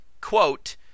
Quote